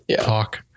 talk